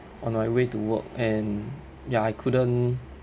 on my way to work and ya I couldn't